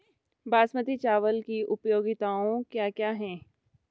बासमती चावल की उपयोगिताओं क्या क्या हैं?